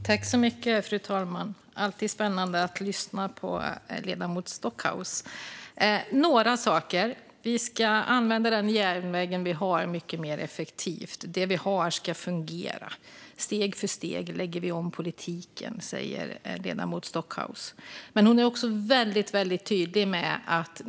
Fru talman! Det är alltid spännande att lyssna på ledamoten Stockhaus. Jag har några saker att ta upp. Vi ska använda den järnväg vi har mycket mer effektivt, och det vi har ska fungera - steg för steg lägger vi om politiken. Så säger ledamoten Stockhaus.